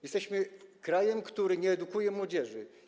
Jesteśmy krajem, który nie edukuje młodzieży.